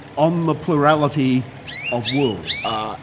on the plurality of worlds.